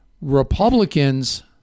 Republicans